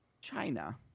China